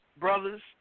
brothers